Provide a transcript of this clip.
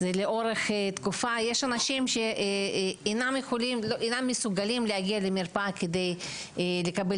יש אנשים שאינם מסוגלים להגיע למרפאה כדי לקבל